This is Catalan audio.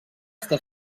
està